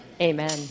Amen